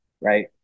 right